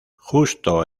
justo